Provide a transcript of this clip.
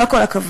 לא כל הכבוד,